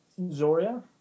Zoria